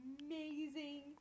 amazing